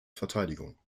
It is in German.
verteidigung